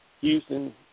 Houston